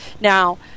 Now